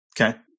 Okay